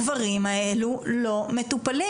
הדברים האלה לא מטופלים,